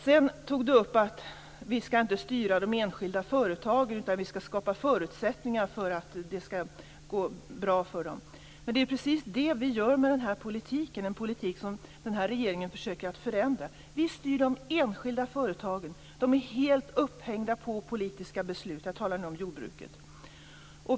Sedan tog Per-Samuel Nisser upp att vi inte skall styra de enskilda företagen utan skapa förutsättningar för att det skall gå bra för dem. Det är precis det vi gör med politiken, en politik som den här regeringen försöker att förändra. Nu styr vi de enskilda företagen. De är helt beroende av politiska beslut. Jag talar nu om jordbruket.